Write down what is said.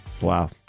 Wow